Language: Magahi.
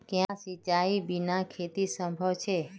क्याँ सिंचाईर बिना खेत असंभव छै?